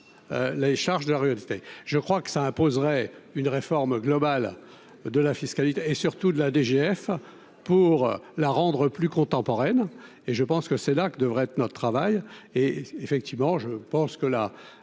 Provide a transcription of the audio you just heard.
les charges de la rue, elle fait je crois que ça imposerait une réforme globale de la fiscalité et surtout de la DGF pour la rendre plus contemporaines et je pense que c'est là que devrait être notre travail, effectivement, je pense que la